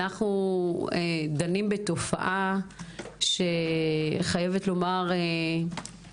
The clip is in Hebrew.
אנחנו דנים בתופעה שאני חייבת לומר שהיא